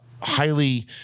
Highly